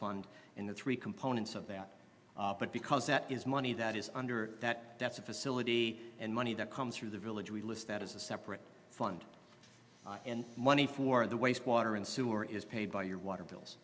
fund and the three components of that but because that is money that is under that that's a facility and money that comes through the village we list that as a separate fund and money for the waste water and sewer is paid by your water